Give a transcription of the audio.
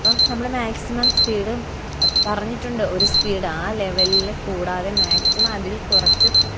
അപ്പം നമ്മള് maximum speed പറഞ്ഞിട്ടുണ്ട് ഒരു സ്പീഡ് ആ ലെവലിലെ കൂടാതെ മാക്സിമം അതിൽ കൊറച്ച്